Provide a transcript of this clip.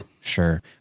Sure